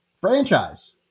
franchise